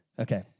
Okay